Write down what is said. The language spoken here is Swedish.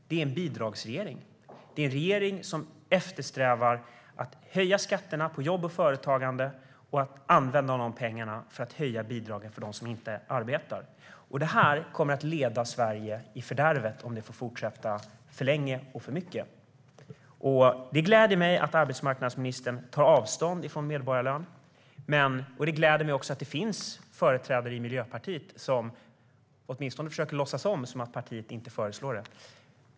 Det är en bidragsregering. Det är en regering som eftersträvar att höja skatterna på jobb och företagande och att använda de pengarna till att höja bidragen för dem som inte arbetar. Det kommer att leda Sverige i fördärvet, om det får fortsätta för länge och i för stor utsträckning. Det gläder mig att arbetsmarknadsministern tar avstånd från medborgarlön. Det gläder mig också att det finns företrädare i Miljöpartiet som åtminstone försöker låtsas som att partiet inte föreslår det.